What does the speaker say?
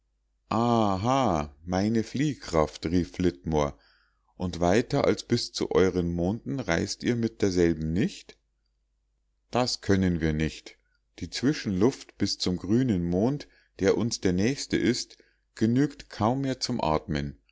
meine fliehkraft rief flitmore und weiter als bis zu euren monden reist ihr mit derselben nicht das können wir nicht die zwischenluft bis zum grünen mond der uns der nächste ist genügt kaum mehr zum atmen